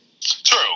True